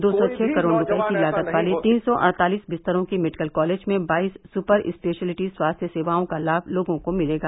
दो सौ छह करोड़ रूपये की लागत वाले तीन सौ अड़तालीस विस्तरों के मेडिकल कॉलेज में बाईस सुपर स्पेशिलिटी स्वास्थ्य सेवाओं का लाभ लोगों को मिलेगा